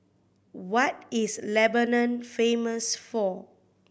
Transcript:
what is Lebanon famous for